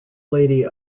lady